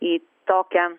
į tokią